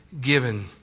given